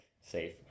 safe